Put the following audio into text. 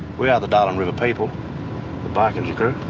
we are the darling river people, the barkindji crew,